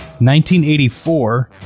1984